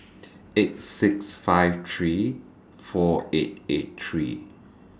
eight six five three four eight eight three